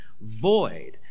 void